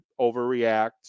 overreact